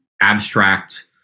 abstract